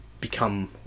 become